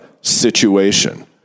situation